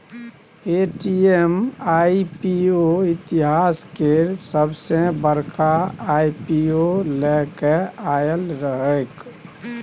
Paytm IPO इतिहास केर सबसॅ बड़का आई.पी.ओ लए केँ आएल रहैक